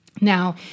Now